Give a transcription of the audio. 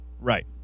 Right